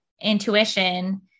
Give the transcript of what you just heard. intuition